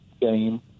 game